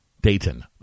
Dayton